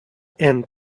and